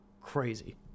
crazy